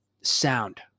sound